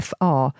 FR